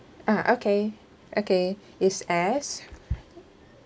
ah okay okay is S